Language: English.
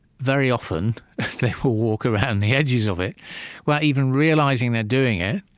very often will walk around the edges of it without even realizing they're doing it,